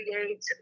create